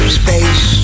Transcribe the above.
space